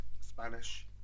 Spanish